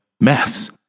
mess